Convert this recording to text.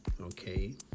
Okay